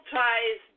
ties